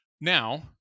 Now